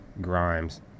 Grimes